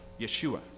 Yeshua